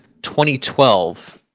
2012